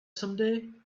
someday